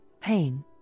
pain